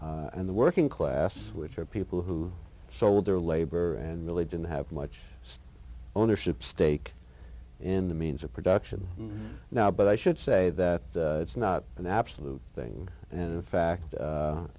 in the working class which are people who sold their labor and really didn't have much state ownership stake in the means of production now but i should say that it's not an absolute thing and in fact